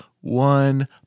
one